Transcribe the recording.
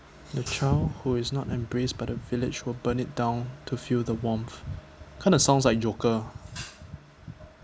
the child who is not embraced by the village will burn it down to feel the warmth kind of sounds like joker